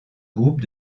groupe